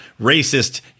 racist